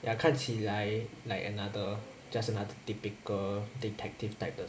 ya 看起来 like another just another typical detective type 的